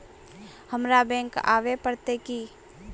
हमरा बैंक आवे पड़ते की?